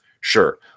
Sure